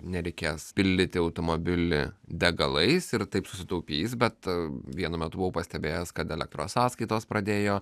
nereikės pildyti automobilį degalais ir taip susitaupys bet vienu metu buvau pastebėjęs kad elektros sąskaitos pradėjo